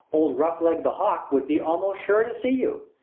old roughleg the hawk would be almost sure to see you.